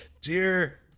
Dear